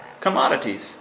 commodities